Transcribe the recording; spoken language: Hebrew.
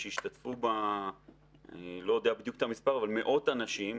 שהשתתפו בה מאות אנשים